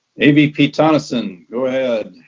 avp tonneson, go ahead.